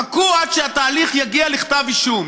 חכו עד שהתהליך יגיע לכתב אישום.